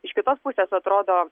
iš kitos pusės atrodo